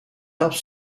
arbres